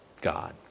God